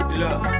Look